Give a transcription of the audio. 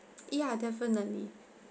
ya definitely